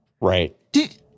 Right